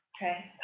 Okay